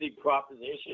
proposition